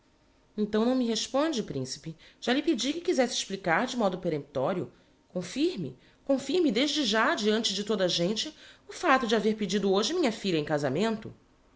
então não me responde principe já lhe pedi que quisesse explicar-se de modo peremptorio confirme confirme desde já diante de toda a gente o facto de haver pedido hoje minha filha em casamento